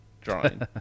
drawing